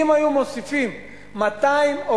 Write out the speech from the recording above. שאם היו מוסיפים 200 עובדים